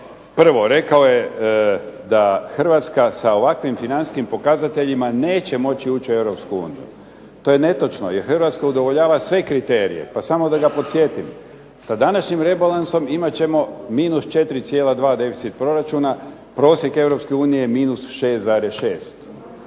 Prvo, rekao je da Hrvatska sa ovakvim financijskim pokazateljima neće moći ući u Europsku uniju. To je netočno, jer Hrvatska udovoljava sve kriterije, pa samo da ga podsjetim. Sa današnjim rebalansom imat ćemo minus 4,2 deficit proračuna. Prosjek Europske unije je minus 6,6.